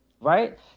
Right